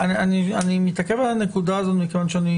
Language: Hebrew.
אני מתעכב על הנקודה הזו מכיוון שאני